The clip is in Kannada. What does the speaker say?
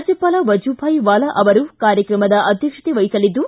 ರಾಜ್ಯಪಾಲ ವಜುಬಾಯಿ ವಾಲಾ ಅವರು ಕಾರ್ಯಕ್ರಮದ ಅಧ್ಯಕ್ಷತೆವಹಿಸಲಿದ್ದು